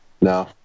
no